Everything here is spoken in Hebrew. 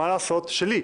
שלי,